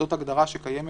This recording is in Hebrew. זאת הגדרה שקיימת,